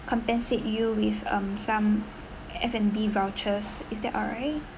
compensate you with um some F&B vouchers is that alright